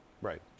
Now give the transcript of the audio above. Right